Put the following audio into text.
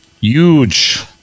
Huge